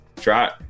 try